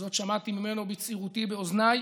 וזאת שמעתי ממנו בצעירותי באוזניי,